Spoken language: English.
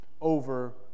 over